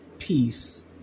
peace